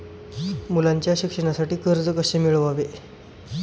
मुलाच्या शिक्षणासाठी कर्ज कसे मिळवावे?